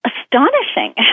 astonishing